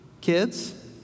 kids